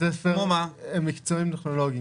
ספר מקצועיים טכנולוגיים.